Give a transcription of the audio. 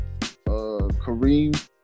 Kareem